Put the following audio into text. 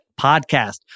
podcast